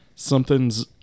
Something's